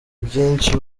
byinshi